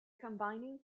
combining